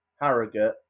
Harrogate